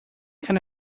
kind